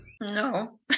No